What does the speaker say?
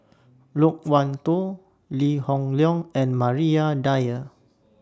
Loke Wan Tho Lee Hoon Leong and Maria Dyer